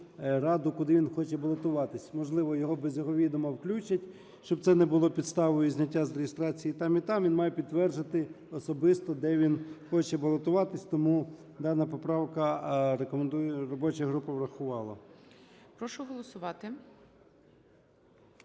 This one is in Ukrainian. раду, куди він хоче балотуватися. Можливо, його без його відома включать. Щоб це не було підставою зняття з реєстрації і там, і там, він має підтвердити особисто, де він хоче балотуватися. Тому дану поправку робоча група врахувала.